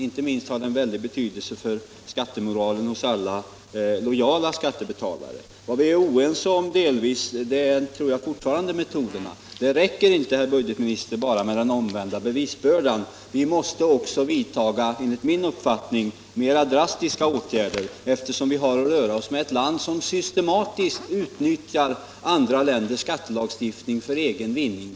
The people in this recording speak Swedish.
Inte minst har det en mycket stor betydelse för skattemoralen hos alla lojala skattebetalare. Vad vi delvis är oense om är — tror jag — fortfarande metoderna. Det räcker inte, herr budgetminister, med den omvända bevisbördan. Vi måste också enligt min uppfattning vidtaga mer drastiska åtgärder, eftersom vi har att göra med ett land som systematiskt utnyttjar andra länders skattelagstiftning för egen vinning.